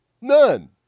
None